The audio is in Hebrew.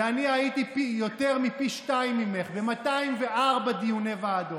אני הייתי יותר מפי שניים ממך, ב-204 דיוני ועדות,